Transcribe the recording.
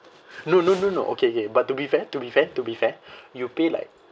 no no no no okay okay but to be fair to be fair to be fair you pay like